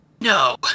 No